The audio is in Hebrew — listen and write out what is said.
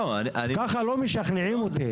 ככה לא משכנעים אותי.